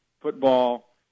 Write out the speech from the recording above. football